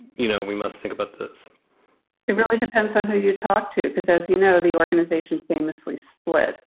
you know, we must think about this it really depends on who you talk to, because, as you know, the organization famously split.